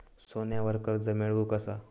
सोन्यावर कर्ज मिळवू कसा?